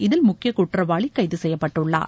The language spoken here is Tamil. இதில் முக்கிய குற்றவாளி கைது செய்யப்பட்டுள்ளார்